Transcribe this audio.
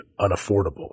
unaffordable